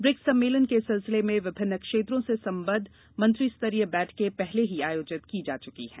BRICS सम्मेलन के सिलसिले में विभिन्न क्षेत्रों से सम्बद्ध मंत्रिस्तरीय बैठकें पहले ही आयोजित की जा चुकी हैं